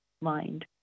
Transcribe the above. mind